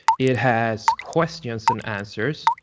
it has questions and answers.